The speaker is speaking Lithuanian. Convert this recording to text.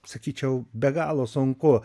sakyčiau be galo sunku